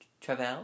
Travel